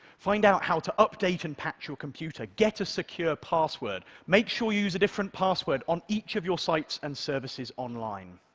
find out how to update and patch your computer. get a secure password. make sure you use a different password on each of your sites and services online.